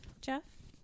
Jeff